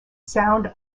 sound